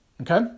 Okay